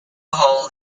hole